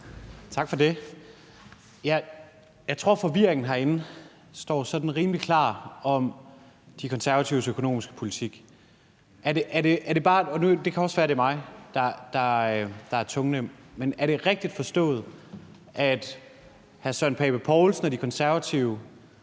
Tak for det. Jeg tror, det står sådan rimelig klart herinde, at der er forvirring om De Konservatives økonomiske politik. Det kan også være, det er mig, der er tungnem, men er det rigtigt forstået, at hr. Søren Pape Poulsen fra De Konservative